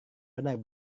benar